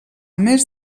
més